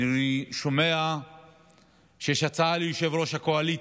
אני שומע שיש הצעה ליושב-ראש הקואליציה,